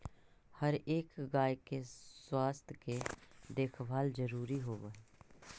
हर एक गाय के स्वास्थ्य के देखभाल जरूरी होब हई